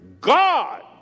God